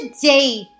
today